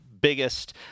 biggest